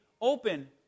open